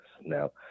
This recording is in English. Now